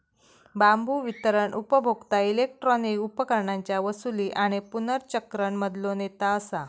बांबू वितरण उपभोक्ता इलेक्ट्रॉनिक उपकरणांच्या वसूली आणि पुनर्चक्रण मधलो नेता असा